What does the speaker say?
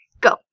go